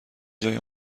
جای